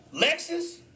Lexus